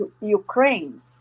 Ukraine